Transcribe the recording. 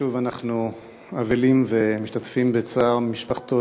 שוב אנחנו אבלים ומשתתפים בצער משפחתו